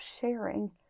sharing